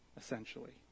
essentially